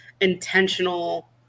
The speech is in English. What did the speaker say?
intentional